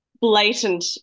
blatant